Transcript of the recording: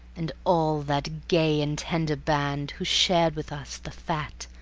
and all that gay and tender band who shared with us the fat,